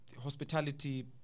hospitality